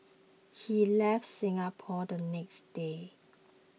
he left Singapore the next day